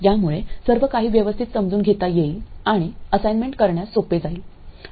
यामुळे सर्वकाही व्यवस्थित समजून घेता येईल आणि असाइनमेंट करण्यास सोपे जाईल